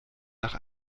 nach